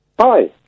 Hi